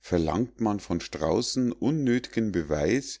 verlangt man von straußen unnöth'gen beweis